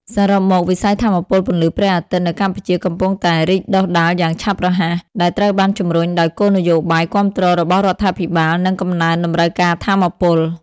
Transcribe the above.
សរុបមក វិស័យថាមពលពន្លឺព្រះអាទិត្យនៅកម្ពុជាកំពុងតែ រីកដុះដាលយ៉ាងឆាប់រហ័ស ដែលត្រូវបានជំរុញដោយគោលនយោបាយគាំទ្ររបស់រដ្ឋាភិបាល និងកំណើនតម្រូវការថាមពល។